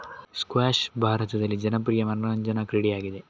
squash ಭಾರತದಲ್ಲಿ ಜನಪ್ರಿಯ ಮನರಂಜನಾ ಕ್ರೀಡೆಯಾಗಿದೆ